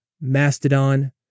Mastodon